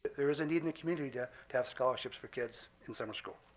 there is a need in the community to to have scholarships for kids in summer school.